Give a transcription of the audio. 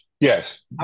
yes